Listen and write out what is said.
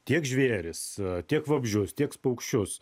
tiek žvėrys tiek vabzdžius tiek paukščius